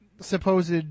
supposed